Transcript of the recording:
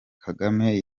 kagame